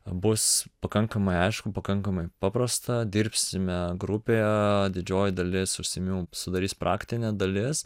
bus pakankamai aišku pakankamai paprasta dirbsime grupėje didžioji dalis užsiėmimų sudarys praktinė dalis